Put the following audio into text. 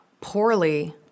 poorly